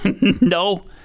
No